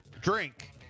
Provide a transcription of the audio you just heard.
drink